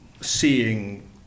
seeing